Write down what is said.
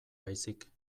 baizik